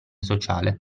sociale